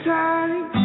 time